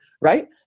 right